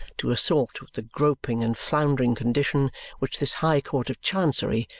to assort with the groping and floundering condition which this high court of chancery,